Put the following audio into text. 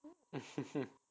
mm